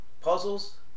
puzzles